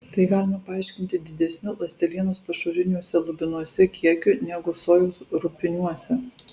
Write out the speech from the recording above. tai galima paaiškinti didesniu ląstelienos pašariniuose lubinuose kiekiu negu sojos rupiniuose